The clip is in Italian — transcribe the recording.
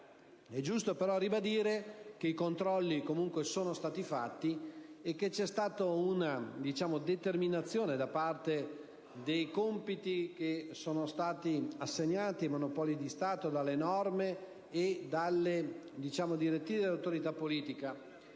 È giusto però ribadire che i controlli comunque sono stati fatti e che c'è stata, in ogni caso, una determinazione dei compiti assegnati ai Monopoli di Stato dalle norme e dalle direttive dell'autorità politica.